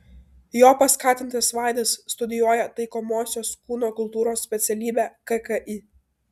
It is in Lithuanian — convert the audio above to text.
jo paskatintas vaidas studijuoja taikomosios kūno kultūros specialybę kki